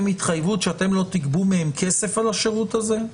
התחייבות שלא תגבו מהן כסף על השירות הזה?